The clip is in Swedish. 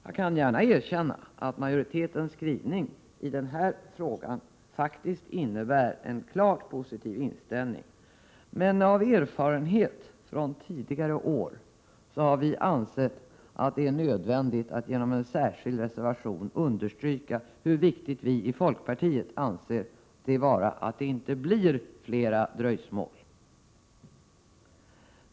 Jag kan gärna erkänna att majoritetens skrivning i denna fråga faktiskt innebär en klart positiv inställning, men vi har av erfarenhet från tidigare år ansett det vara nödvändigt att genom en särskild reservation understryka hur viktigt vi i folkpartiet anser det vara att det inte blir ytterligare dröjsmål.